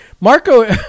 Marco